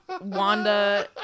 Wanda